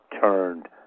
turned